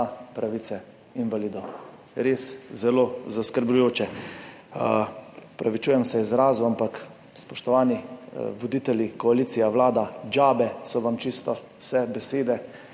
pravice invalidov. Res zelo zaskrbljujoče. Opravičujem se za izraz, ampak spoštovani voditelji, koalicija, vlada, džabe so vam čisto vse besede,